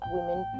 Women